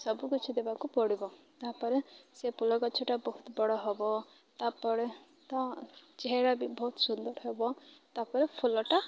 ସବୁକିଛି ଦେବାକୁ ପଡ଼ିବ ତା'ପରେ ସେ ଫୁଲ ଗଛଟା ବହୁତ ବଡ଼ ହବ ତା'ପରେ ତ ବି ବହୁତ ସୁନ୍ଦର ହେବ ତା'ପରେ ଫୁଲଟା